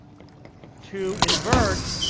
to invert